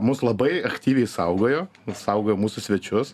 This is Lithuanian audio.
mus labai aktyviai saugojo saugojo mūsų svečius